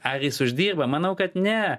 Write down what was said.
ar jis uždirba manau kad ne